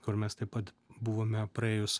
kur mes taip pat buvome praėjus